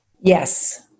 Yes